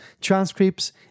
transcripts